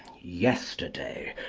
yesterday,